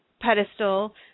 pedestal